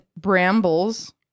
brambles